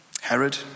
Herod